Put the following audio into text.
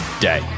day